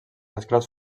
esclaus